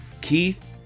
Keith